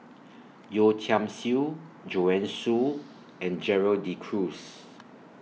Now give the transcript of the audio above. Yeo Tiam Siew Joanne Soo and Gerald De Cruz